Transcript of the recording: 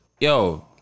Yo